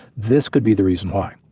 this could be the reason why.